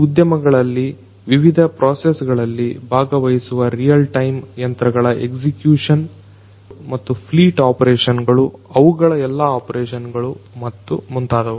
ಈ ಉದ್ಯಮಗಳಲ್ಲಿ ವಿವಿಧ ಪ್ರೊಸೆಸ್ ಗಳಲ್ಲಿ ಭಾಗವಹಿಸುವ ರಿಯಲ್ ಟೈಮ್ ಯಂತ್ರಗಳ ಎಕ್ಸಿಕ್ಯೂಷನ್ ಮತ್ತು ಮುಂತಾದವುಗಳು ಮತ್ತು ಫ್ಲೀಟ್ ಆಪರೇಷನ್ ಗಳು ಅವುಗಳ ಎಲ್ಲಾ ಆಪರೇಷನ್ ಗಳು ಮತ್ತು ಮುಂತಾದವು